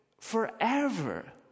forever